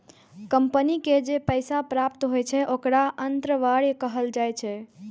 company के जे पैसा प्राप्त होइ छै, ओखरा अंतर्वाह कहल जाइ छै